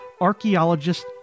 archaeologists